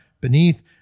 beneath